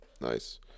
Nice